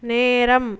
நேரம்